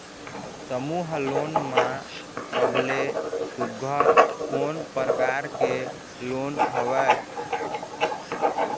समूह लोन मा सबले सुघ्घर कोन प्रकार के लोन हवेए?